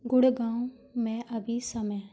गुड़गाँव में अभी समय